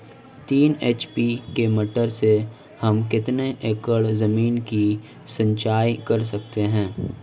तीन एच.पी की मोटर से हम कितनी एकड़ ज़मीन की सिंचाई कर सकते हैं?